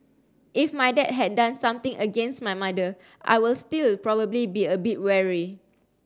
if my dad had done something against my mother I will still probably be a bit wary